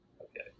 okay